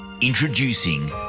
Introducing